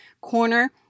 corner